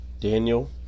Daniel